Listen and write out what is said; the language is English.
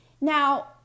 Now